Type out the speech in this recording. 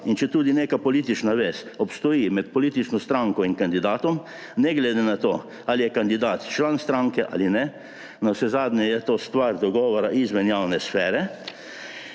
In četudi neka politična vez obstoji med politično stranko in kandidatom, ne glede na to, ali je kandidat član stranke ali ne, navsezadnje je to stvar dogovora izven javne sfere,